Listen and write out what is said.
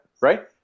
Right